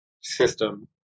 system